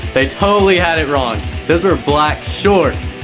they totally had it wrong black shorts!